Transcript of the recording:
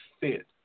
fit